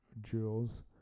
jewels